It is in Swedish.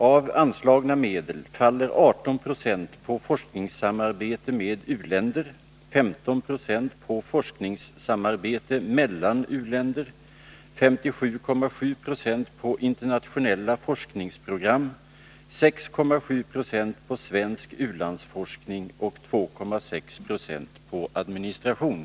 Av anslagna medel faller 18 96 på forskningssamarbete med u-länder, 15 26 på forskningssamarbete mellan Interkationellt u-länder, 57,7 70 på internationella forskningsprogram, 6,7 Zo på svensk utvecklingssamaru-landsforskning och 2,6 26 på administration.